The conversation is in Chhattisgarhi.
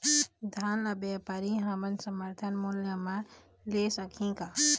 धान ला व्यापारी हमन समर्थन मूल्य म ले सकही का?